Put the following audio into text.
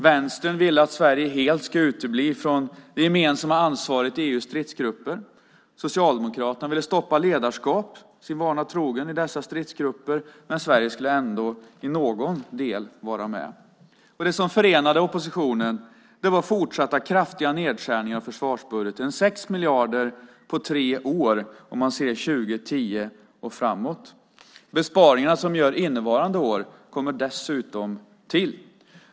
Vänstern ville att Sverige helt ska utebli från det gemensamma ansvaret i EU:s stridsgrupper. Socialdemokraterna ville sin vana trogen stoppa ledarskap i dessa stridsgrupper, men Sverige skulle ändå i någon del vara med. Det som förenade oppositionen var fortsatta kraftiga nedskärningar i försvarsbudgeten: 6 miljarder på tre år, om man ser 2010 och framåt. Besparingarna som görs innevarande år kommer dessutom till.